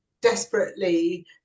desperately